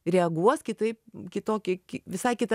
reaguos kitaip kitokį visai kitą